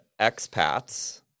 expats